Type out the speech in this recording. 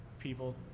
People